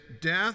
death